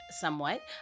somewhat